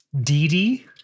D-D